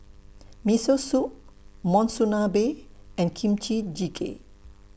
Miso Soup Monsunabe and Kimchi Jjigae